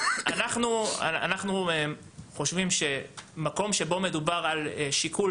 אנחנו חושבים שמקום שבו מדובר על שיקול